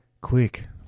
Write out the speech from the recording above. Quick